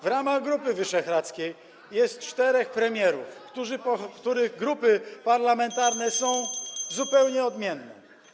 W ramach Grupy Wyszehradzkiej jest czterech premierów, których grupy parlamentarne [[Gwar na sali, dzwonek]] są zupełnie odmienne.